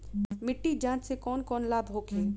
मिट्टी जाँच से कौन कौनलाभ होखे?